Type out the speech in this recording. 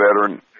veteran